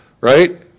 Right